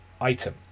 item